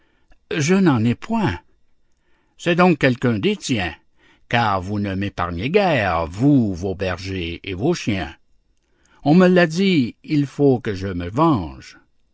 je n'en ai point c'est donc quelqu'un des tiens car vous ne m'épargnez guère vous vos bergers et vos chiens on me l'a dit il faut que je me venge